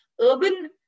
urban